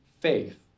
faith